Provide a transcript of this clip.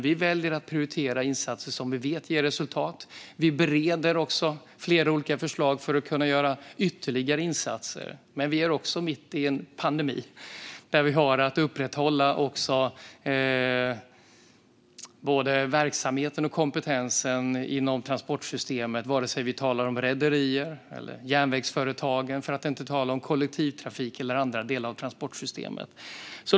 Vi väljer dock att prioritera insatser som vi vet ger resultat, och vi bereder flera olika förslag för att kunna göra ytterligare insatser. Men vi är också mitt i en pandemi och har att upprätthålla verksamheten och kompetensen inom transportsystemet, oavsett om vi talar om rederier, järnvägsföretag, kollektivtrafik eller andra delar av transportsystemet.